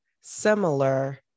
similar